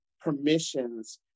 permissions